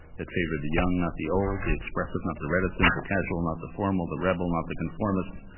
that favored the young, not the old, the expressive, not the reticent, the casual, not the formal, the rebel, not the conformist,